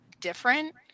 different